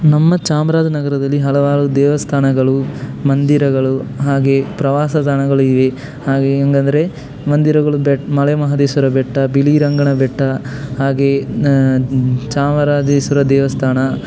ನಮ್ಮ ಚಾಮರಾಜನಗರದಲ್ಲಿ ಹಲವಾರು ದೇವಸ್ಥಾನಗಳು ಮಂದಿರಗಳು ಹಾಗೆಯೇ ಪ್ರವಾಸ ತಾಣಗಳು ಇವೆ ಹಾಗೆಯೇ ಹೆಂಗಂದ್ರೆ ಮಂದಿರಗಳು ಬೆಟ್ಟ ಮಲೆ ಮಹಾದೇಶ್ವರ ಬೆಟ್ಟ ಬಿಳಿ ರಂಗನ ಬೆಟ್ಟ ಹಾಗೆಯೇ ಚಾಮರಾಜೇಶ್ವರ ದೇವಸ್ಥಾನ